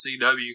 cw